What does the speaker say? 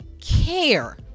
care